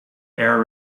air